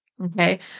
Okay